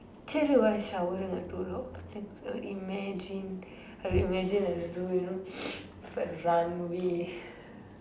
actually while I showering I do a lot of things imagine I imagine a zoo you know runway